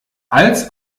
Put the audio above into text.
als